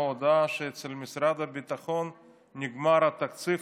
הודעה שבמשרד הביטחון נגמר התקציב,